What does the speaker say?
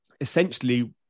essentially